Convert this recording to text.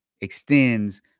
extends